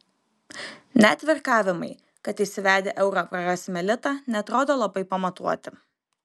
net virkavimai kad įsivedę eurą prarasime litą neatrodo labai pamatuoti